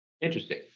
Interesting